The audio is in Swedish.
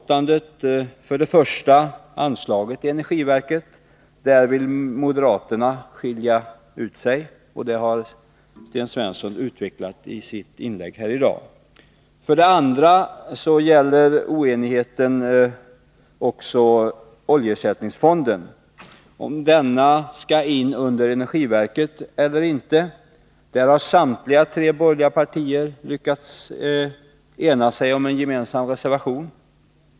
För det första är vi oense om anslaget till energiverket. Där vill moderaterna skilja ut sig, och Sten Svensson har i sitt anförande här i dag utvecklat moderaternas inställning på den punkten. För det andra gäller oenigheten frågan om oljeersättningsfonden organisatoriskt skall gå in under energiverket eller inte. Där har samtliga tre borgerliga partier lyckats ena sig om en gemensam reservation.